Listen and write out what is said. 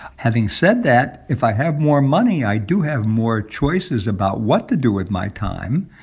having said that, if i have more money, i do have more choices about what to do with my time.